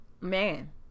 Man